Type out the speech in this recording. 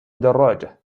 دراجة